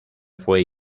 fue